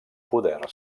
poder